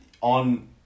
on